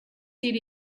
sit